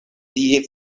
tie